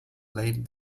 laid